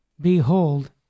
behold